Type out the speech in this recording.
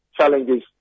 challenges